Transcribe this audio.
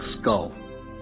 skull